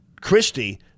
Christie –